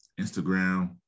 Instagram